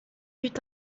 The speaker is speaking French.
buts